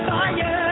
Fire